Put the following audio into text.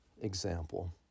example